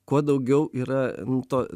kuo daugiau yra to